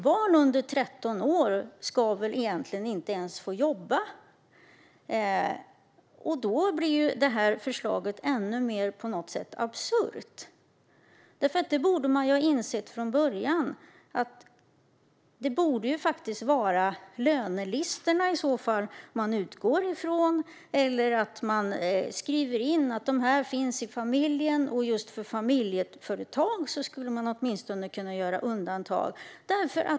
Barn under 13 år ska väl egentligen inte ens få jobba. Då blir det här förslaget ännu mer absurt. Man borde ha insett från början att man i så fall borde utgå från lönelistorna eller att det skrivs in vilka som finns i familjen. Just för familjeföretag skulle man åtminstone kunna göra undantag.